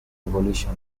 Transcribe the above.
revolution